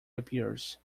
appears